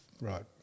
Right